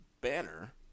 Banner